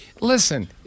Listen